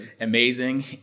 Amazing